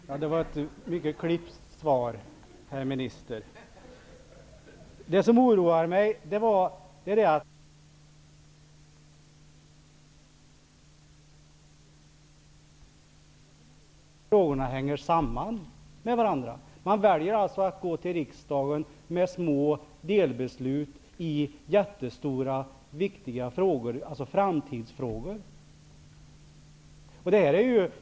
Herr talman! Det var ett mycket klipskt svar, herr minister. Det som oroar mig är att man samtidigt låter utarbeta ett förslag om skolstart för sexåringar i en tioårig skola, men man bortser från att frågorna hänger samman med varandra. Man väljer att gå till riksdagen med små delbeslut i jättestora viktiga framtidsfrågor.